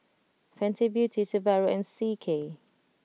Fenty Beauty Subaru and C K